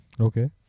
Okay